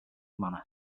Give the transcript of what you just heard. manner